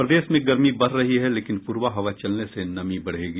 प्रदेश में गर्मी बढ़ रही है लेकिन पूर्वा हवा चलने से नमी बढ़ेगी